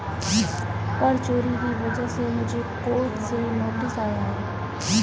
कर चोरी की वजह से मुझे कोर्ट से नोटिस आया है